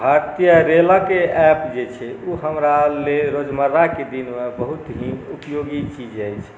भारतीय रेलके ऐप जे छै ओ हमरा लेल रोजमर्राके दिनमे बहुत ही उपयोगी चीज अछि